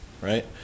right